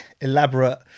elaborate